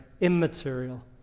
immaterial